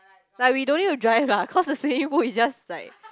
but we don't need to drive lah cause the swimming pool is just like